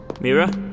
Mira